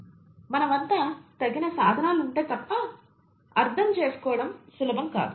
మన వద్ద తగిన సాధనాలు ఉంటే తప్ప అర్థం చేసుకోవడం సులభం కాదు